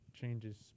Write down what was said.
changes